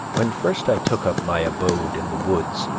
when first i took up my abode in the woods,